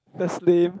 that's lame